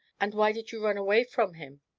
and why did you run away from him?